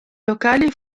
locali